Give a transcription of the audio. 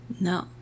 No